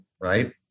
Right